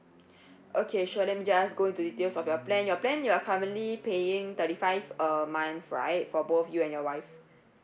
okay sure let me just go into details of your plan your plan you are currently paying thirty five a month right for both you and your wife